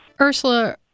Ursula